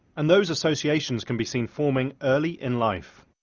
and those associations can be seen forming early in life.